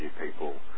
people